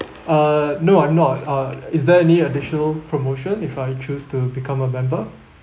err no I'm not uh is there any additional promotion if I choose to become a member